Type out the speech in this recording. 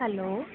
hello